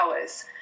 hours